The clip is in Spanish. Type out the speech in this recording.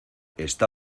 está